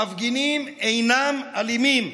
המפגינים אינם אלימים.